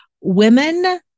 women